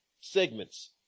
segments